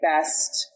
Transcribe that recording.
best